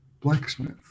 blacksmith